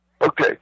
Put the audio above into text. Okay